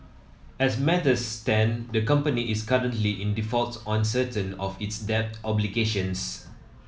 as matters stand the company is currently in default on certain of its debt obligations